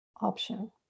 option